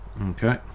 Okay